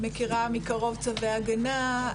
מכירה מקרוב צווי הגנה,